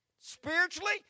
spiritually